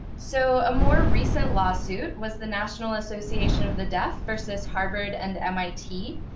so a more recent lawsuit was the national association of the deaf versus harvard and mit.